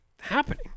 happening